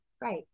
right